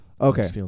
Okay